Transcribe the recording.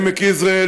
עמק יזרעאל,